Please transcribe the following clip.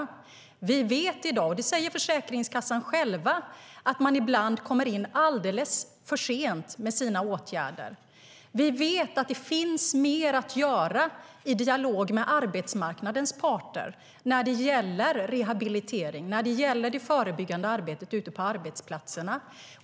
Försäkringskassan säger själv att man ibland kommer in alldeles för sent med sina åtgärder. Vi vet att det finns mer att göra i dialog med arbetsmarknadens parter när det gäller rehabilitering och det förebyggande arbetet ute på arbetsplatserna.